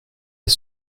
ait